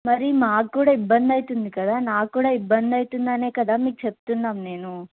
మరి మాక్కుడా ఇబ్బందవుతుంది కదా నాకు కూడా ఇబ్బందవుతుందనే కదా మీకు చెప్తున్నాను నేను